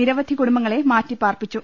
നിരവധി കുടുംബങ്ങളെ മാറ്റി പാർപ്പിച്ചു